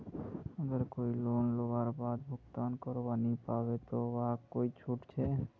अगर कोई लोन लुबार बाद भुगतान करवा नी पाबे ते वहाक कोई छुट छे?